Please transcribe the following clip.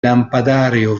lampadario